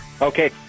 Okay